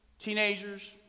teenagers